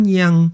yang